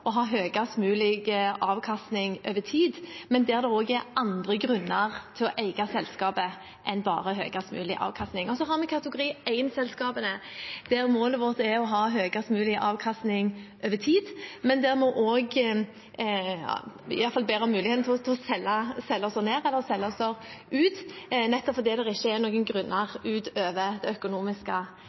å ha høyest mulig avkastning over tid, men der det også er andre grunner til å eie selskapet enn bare høyest mulig avkastning. Så har vi kategori 1-selskapene, der målet vårt er å ha høyest mulig avkastning over tid, men der vi også iallfall ber om muligheten til å selge oss ned eller selge oss ut, nettopp fordi det ikke er noen grunner utover det økonomiske